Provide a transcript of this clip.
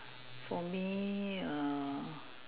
for me err